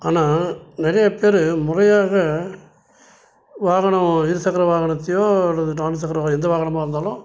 ஆனால் நிறையா பேர் முறையாக வாகனம் இருசக்கர வாகனத்தையோ அல்லது நான்கு சக்கர வா எந்த வாகனமாக இருந்தாலும்